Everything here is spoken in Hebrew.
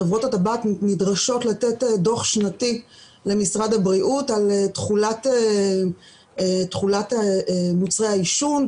חברות הטבק נדרשות לתת דוח שנתי למשרד הבריאות על תכולת מוצרי העישון,